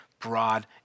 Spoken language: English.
broad